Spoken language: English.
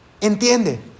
entiende